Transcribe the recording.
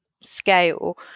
scale